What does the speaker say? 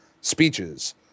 speeches